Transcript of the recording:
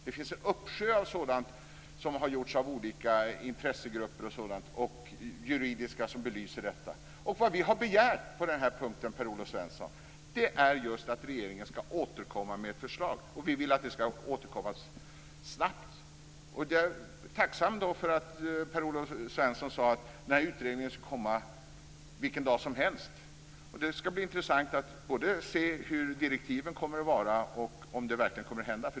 Det finns en uppsjö av sådant som har gjorts av olika intressegrupper och liknande som belyser detta. Det vi har begärt på den här punkten, Per-Olof Svensson, är just att regeringen ska återkomma med ett förslag. Vi vill att det ska ske snabbt. Jag är tacksam för att Per-Olof Svensson sade att den här utredningen ska komma vilken dag som helst. Det ska bli intressant att se hur direktiven kommer att se ut och om det verkligen kommer att hända något.